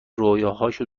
رویاهاشو